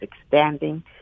expanding